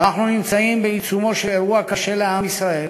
אנחנו נמצאים בעיצומו של אירוע קשה לעם ישראל,